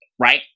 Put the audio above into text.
right